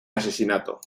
asesinato